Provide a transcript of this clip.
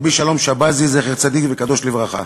רבי שלום שבזי, זכר צדיק וקדוש לברכה.